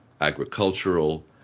agricultural